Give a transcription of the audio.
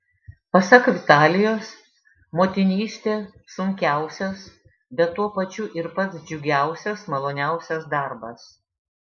pasak vitalijos motinystė sunkiausias bet tuo pačiu ir pats džiugiausias maloniausias darbas